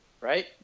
Right